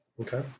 Okay